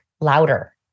louder